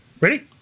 ready